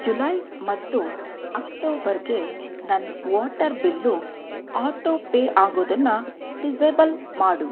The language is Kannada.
ಜುಲೈ ಮತ್ತು ಅಕ್ಟೋಬರ್ಗೆ ನನ್ನ ವಾಟರ್ ಬಿಲ್ಲು ಆಟೋ ಪೇ ಆಗೋದನ್ನು ಡಿಸೇಬಲ್ ಮಾಡು